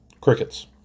Crickets